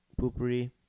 poopery